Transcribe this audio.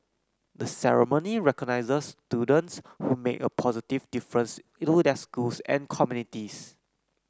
the ceremony recognizes students who make a positive difference their schools and communities